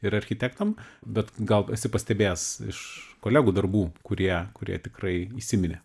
ir architektam bet gal esi pastebėjęs iš kolegų darbų kurie kurie tikrai įsiminė